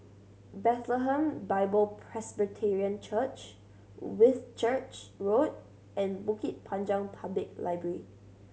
Bethlehem Bible Presbyterian Church Whitchurch Road and Bukit Panjang Public Library